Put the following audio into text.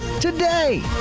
today